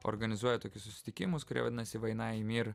organizuoja tokius susitikimus kurie vadinasi vaina i mir